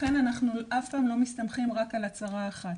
ולכן אנחנו לא מסתמכים על הצהרה אף פעם.